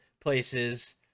places